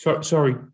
Sorry